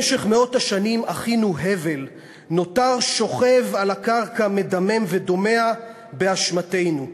במשך מאות בשנים אחינו הבל נותר שוכב על הקרקע מדמם ודומע באשמתנו,